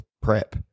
prep